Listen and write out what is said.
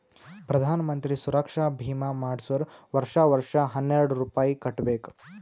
ಪ್ರಧಾನ್ ಮಂತ್ರಿ ಸುರಕ್ಷಾ ಭೀಮಾ ಮಾಡ್ಸುರ್ ವರ್ಷಾ ವರ್ಷಾ ಹನ್ನೆರೆಡ್ ರೂಪೆ ಕಟ್ಬಬೇಕ್